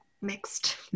mixed